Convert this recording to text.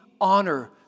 honor